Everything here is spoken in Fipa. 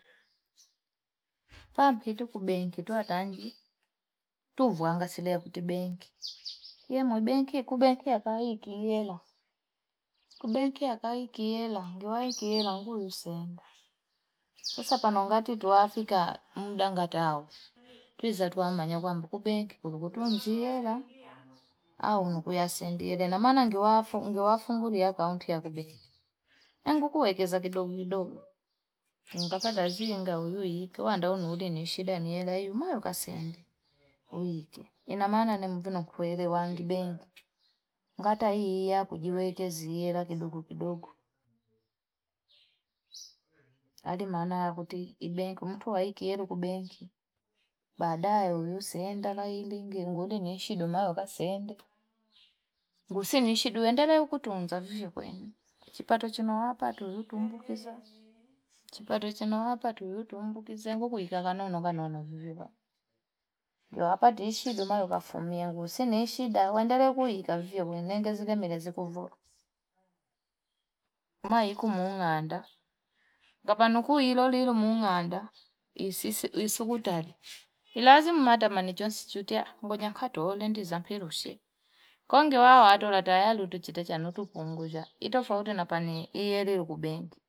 Kwa mkitu kubengi tuwa tanji, tuvu wangasilea kutibengi. Kie mwibengi, kubengi ya kai kiela. Kubengi ya kai kiela, njua kiela, njua yusenda. Kusa panongati tuwa afika mudangata au. Tuwiza tuwa manyagwambu kubengi, kulugutua njiela, au njua yasendia. Ndena mana njua afunguli ya kaunti ya kubengi. Ndengu kuwegeza kidogo kidogo. Mkakata ziunga uyu hiki. Wandaunu udi nishida njiela yu. Mayo kasende uyu hiki. Inamana na mfino kuwele wangi bengi. Mkata hii ya kujiwegezi yela kidogo kidogo. Adimana hakuti i- bengi. Umutuwa hiki yelu kubengi. Badae uyu senda kailingi. Mguli nishidu, mayo kasende. Gusi nishidu. Ndela yu kutunzafushi kwenye. Chipato chino wapato yutumbu kiza. Chipato chino wapato yutumbu kiza. Kukuika kano kano kano Ndewa wapato yu shidu mayo kafumia. Gusi nishida. Wendele kuika vio. Kwenye ngezige merezi kufuwa. Umayiku munganda. Gabanuku hilo hilo munganda. Yusugutari. Ilazimu madama nijua situtia. Mgonyakatu olendi zampirushi. Kongiwa wadola tayalu. Uchitachanutu punguja. Idofa udu na panini. Iyeri ukubingi.